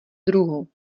druhu